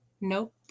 Nope